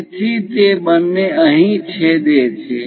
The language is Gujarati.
તેથી તે બંને અહીં છેદે છે